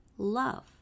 love